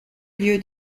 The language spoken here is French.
lieu